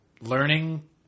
learning